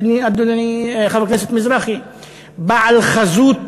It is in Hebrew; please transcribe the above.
אדוני חבר הכנסת מזרחי, בעל חזות מזרח-תיכונית,